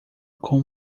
com